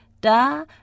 Da